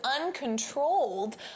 uncontrolled